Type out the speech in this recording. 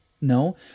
No